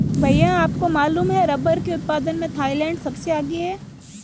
भैया आपको मालूम है रब्बर के उत्पादन में थाईलैंड सबसे आगे हैं